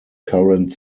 current